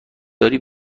داری